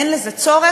אין בזה צורך.